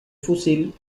fusil